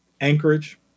Anchorage